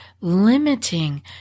limiting